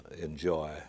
enjoy